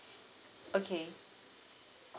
okay